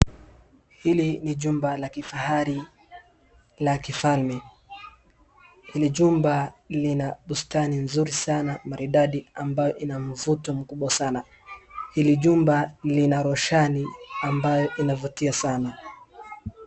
Hili ni jumba la kifahari la kifalme. Hili jumba lina bustani nzuri sana, maridadi ambayo ina mvuto mkubwa sana. Hili jumba roshani ambayo inavutia sana.